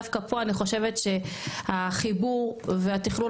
דווקא פה אני חושבת שהחיבור והתכלול